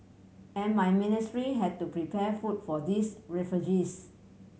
and my ministry had to prepare food for these refugees